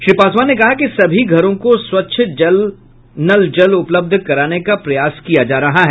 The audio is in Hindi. श्री पासवान ने कहा है कि सभी घरों को स्वच्छ नल जल उपलब्ध कराने का प्रयास किया जा रहा है